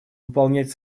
выполнять